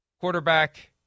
Quarterback